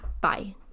Bye